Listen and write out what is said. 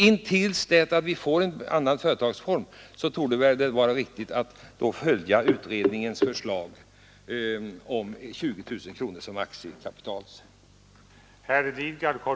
Intill dess vi får en annan företagsform torde det vara riktigt att följa utredningens förslag om en minimigräns vid 20 000 kronor.